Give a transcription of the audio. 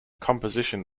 composition